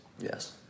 yes